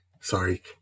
Sorry